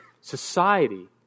Society